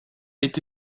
été